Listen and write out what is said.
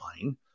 fine